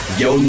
yo